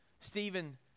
Stephen